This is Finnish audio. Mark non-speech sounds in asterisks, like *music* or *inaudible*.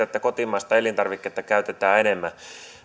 *unintelligible* että kotimaista elintarviketta käytetään enemmän